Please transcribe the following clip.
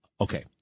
Okay